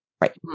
right